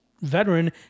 veteran